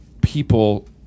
people